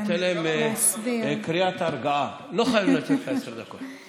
אני אתן להם קריאת הרגעה: לא חייבים לתת את עשר הדקות.